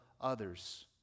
others